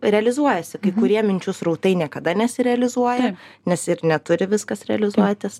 realizuojasi kai kurie minčių srautai niekada nesirealizuoja nes ir neturi viskas realizuotis